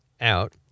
out